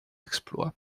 exploits